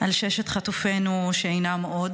על ששת חטופינו שאינם עוד,